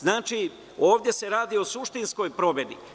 Znači, ovde se radi o suštinskoj promeni.